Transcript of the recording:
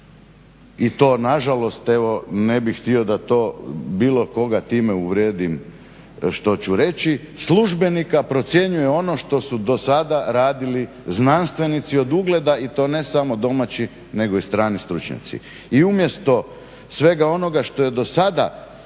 i to nažalost evo ne bih htio da to bilo koga time uvrijedim što ću reći službenika procjenjuje ono što su dosada radili znanstvenici od ugleda i to ne samo domaći nego i strani stručnjaci. I umjesto svega onoga što je dosada